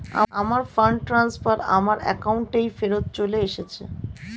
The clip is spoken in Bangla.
আমার ফান্ড ট্রান্সফার আমার অ্যাকাউন্টেই ফেরত চলে এসেছে